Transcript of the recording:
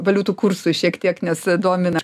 valiutų kursui šiek tiek nes domina